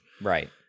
Right